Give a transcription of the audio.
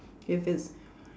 if it's